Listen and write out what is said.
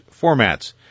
formats